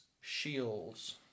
shields